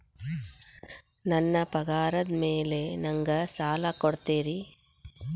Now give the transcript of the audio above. ನನ್ನ ಪಗಾರದ್ ಮೇಲೆ ನಂಗ ಸಾಲ ಕೊಡ್ತೇರಿ?